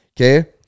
okay